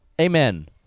Amen